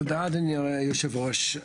תודה אדוני יושב הראש.